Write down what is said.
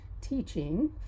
teaching